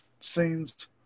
scenes